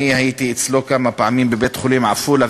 הייתי אצלו כמה פעמים בבית-החולים בעפולה,